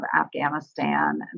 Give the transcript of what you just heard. afghanistan